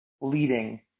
leading